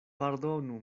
pardonu